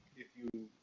if you.